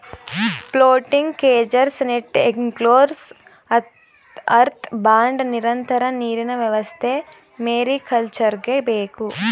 floating cages, net enclosures, earth bund, ನಿರಂತರ ನೀರಿನ ವ್ಯವಸ್ಥೆ ಮೇರಿಕಲ್ಚರ್ಗೆ ಬೇಕು